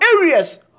areas